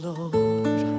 Lord